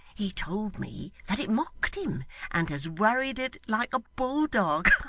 he told me, that it mocked him and has worried it like a bulldog.